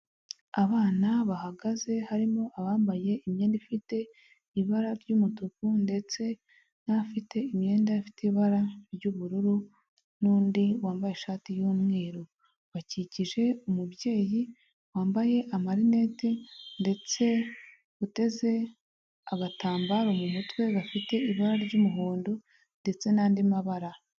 Abana bahagaze harimo abambaye imyenda ifite ibara ry'umutuku ndetse n'abafite imyenda ifite ibara ry'ubururu n'undi wambaye ishati y'umweru, bakikije umubyeyi wambaye amarinete ndetse uteze agatambaro mu mutwe gafite ibara ry'umuhondo ndetse n'andi mabara.